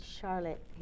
Charlotte